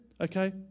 Okay